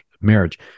marriage